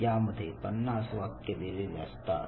यामध्ये 50 वाक्य दिलेले असतात